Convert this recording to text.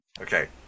Okay